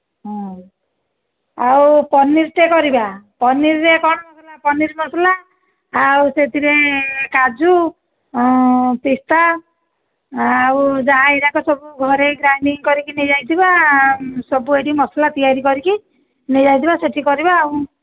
ହଁ ଆଉ ପାନିରଟେ କରିବା ପନିରରେ କ'ଣ ମସଲା ପନିର ମସଲା ଆଉ ସେଥିରେ କାଜୁ ପିସ୍ତା ଆଉ ଯାହା ଏଇଯାକ ସବୁ ଘରେ ଗ୍ରାଇଣ୍ଡିଙ୍ଗ୍ କରିକି ନେଇଯାଇଥିବା ସବୁ ଏଠି ମସଲା ତିଆରି କରିକି ନେଇ ଯାଇଥିବା ସେଠି କରିବା ଆଉ